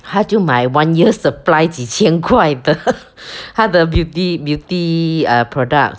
她就买 one year supply 几千块的她的 beauty beauty uh products